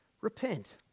Repent